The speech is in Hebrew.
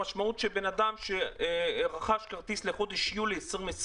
המשמעות היא שמי שרכש כרטיס לחודש יולי 2020